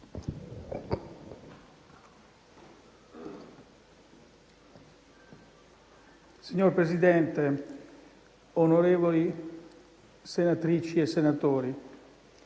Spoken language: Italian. Signor Presidente, onorevoli senatrici e senatori,